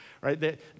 right